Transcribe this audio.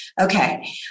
okay